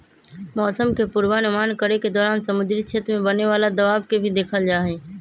मौसम के पूर्वानुमान करे के दौरान समुद्री क्षेत्र में बने वाला दबाव के भी देखल जाहई